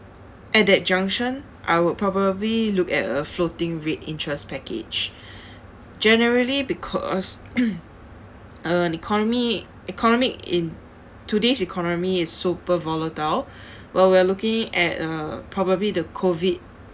at that junction I would probably look at a floating rate interest package generally because uh economy economic in today's economy is super volatile while we are looking at a probably the COVID